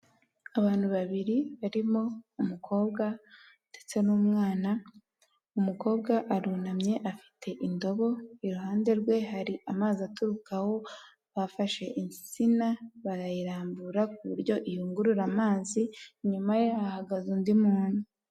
Abantu babiri barimo umukobwa ndetse n'umwana, umukobwa arunamye afite indobo i ruhande rwe hari amazi aturukaho, bafashe insina barayirambura ku buryo iyungurura amazi inyuma ye hahagaze undi muntu.